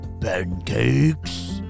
pancakes